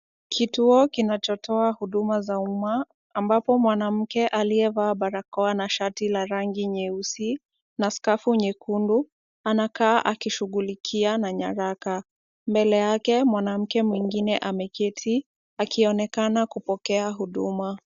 Kituo kinachotoa huduma za umma, ambapo mwanamke aliyevaa barakoa na shati la rangi nyeusi na skafu nyekundu, anakaa akishughulikia na nyaraka. Mbele yake mwanamke mwingine ameketi akionekana kupokea huduma.